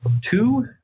Two